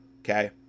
okay